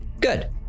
Good